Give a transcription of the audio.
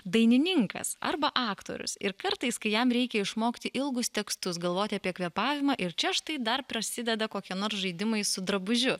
dainininkas arba aktorius ir kartais kai jam reikia išmokti ilgus tekstus galvoti apie kvėpavimą ir čia štai dar prasideda kokie nors žaidimai su drabužiu